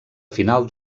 final